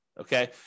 okay